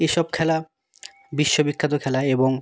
এসব খেলা বিশ্ববিখ্যাত খেলা এবং